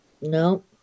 No